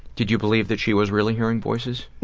did you believe that she was really hearing voices?